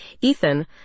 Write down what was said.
Ethan